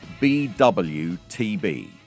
BWTB